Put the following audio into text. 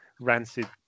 rancid